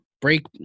Break